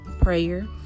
prayer